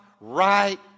right